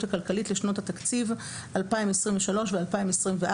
הכלכלית לשנות התקציב 2023 ו-2024),